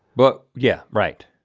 but yeah, right.